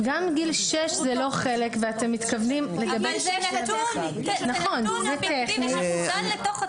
גם גיל שש הוא לא חלק ואתם מתכוונים --- אבל זה נתון שמוזן לתוך התיק.